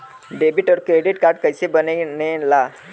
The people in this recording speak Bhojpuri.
डेबिट और क्रेडिट कार्ड कईसे बने ने ला?